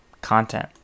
content